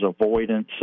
avoidance